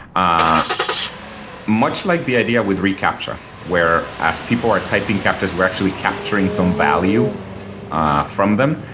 ah much like the idea with recaptcha where as people are typing captchas, we're actually capturing some value ah from them,